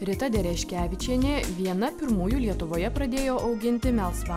rita dereškevičienė viena pirmųjų lietuvoje pradėjo auginti melsva